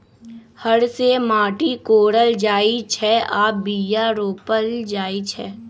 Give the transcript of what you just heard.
हर से माटि कोरल जाइ छै आऽ बीया रोप्ल जाइ छै